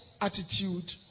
attitude